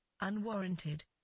Unwarranted